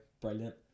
Brilliant